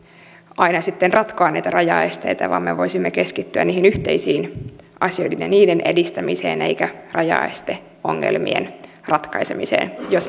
aina sitten ratkoa niitä rajaesteitä vaan me voisimme keskittyä niihin yhteisiin asioihin ja niiden edistämiseen eikä rajaesteongelmien ratkaisemiseen jos